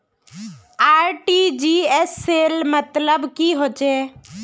RTGS सेल मतलब की होचए?